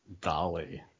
Dolly